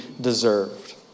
deserved